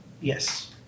Yes